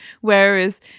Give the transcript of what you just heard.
whereas